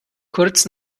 kurz